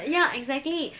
ya exactly